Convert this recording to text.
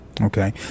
Okay